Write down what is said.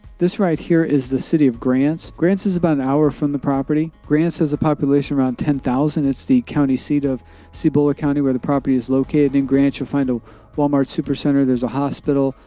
this right here is the city of grants. grants is about an hour from the property. grants has a population around ten thousand. it's the county seat of cibola county where the property is located in grants. you'll find a walmart super center. there's a hospital,